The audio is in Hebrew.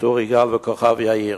צור-יגאל וכוכב-יאיר.